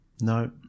No